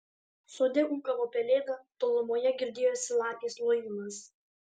sode ūkavo pelėda tolumoje girdėjosi lapės lojimas